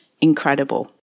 Incredible